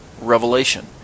revelation